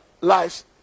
lives